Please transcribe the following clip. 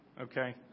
okay